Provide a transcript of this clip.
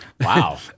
wow